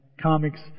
comics